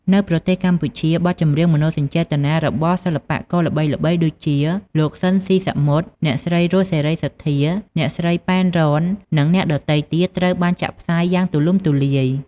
នៅប្រទេសកម្ពុជា បទចម្រៀងមនោសញ្ចេតនារបស់សិល្បករល្បីៗដូចជា លោក ស៊ីន ស៊ីសាមុត អ្នកស្រី រស់ សេរីសុទ្ធា អ្នកស្រី ប៉ែន រ៉ន និងអ្នកដទៃទៀត ត្រូវបានចាក់ផ្សាយយ៉ាងទូលំទូលាយ។